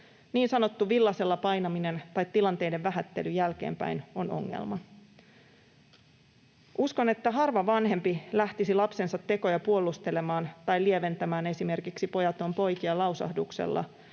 Niin sanottu villaisella painaminen tai tilanteiden vähättely jälkeenpäin on ongelma. Uskon, että harva vanhempi lähtisi lapsensa tekoja puolustelemaan tai lieventämään esimerkiksi ”pojat on poikia ” ‑lausahduksella,